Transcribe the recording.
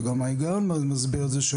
וגם ההיגיון מסביר את זה,